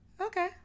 okay